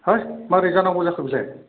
होय मारै जानांगौ जाखो बेलाय